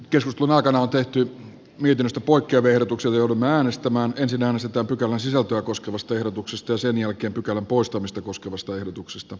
keskustelun aikana on tehty liitosta poikkeverotuksen joudun äänestämään sinänsä taputella sisältöä koskevasta ehdotuksesta sen jälkeen pykälän poistamista arvoisa puhemies